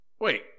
wait